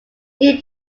dean